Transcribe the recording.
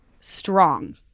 strong